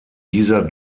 dieser